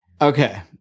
Okay